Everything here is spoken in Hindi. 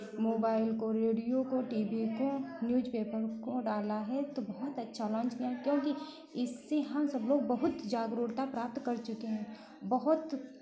मोबाइल को रेडियो को टी वी को न्यूज़पेपर को डाला है तो बहुत अच्छा लॉन्च किया क्योंकि इससे हम सब लोग बहुत जागरुरता प्राप्त कर चुके हैं बहुत